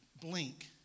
blink